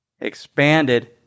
expanded